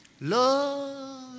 love